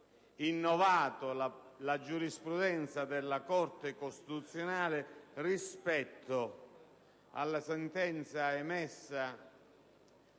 innovato la giurisprudenza della Corte costituzionale rispetto alla sentenza emessa